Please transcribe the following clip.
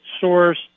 source